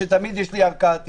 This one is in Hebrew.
שתמיד יש לי ערכאת ערעור,